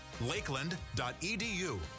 Lakeland.edu